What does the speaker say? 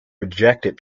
rejected